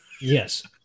Yes